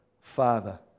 Father